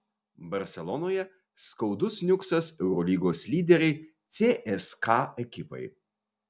barselonoje skaudus niuksas eurolygos lyderei cska ekipai